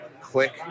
Click